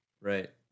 Right